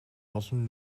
олон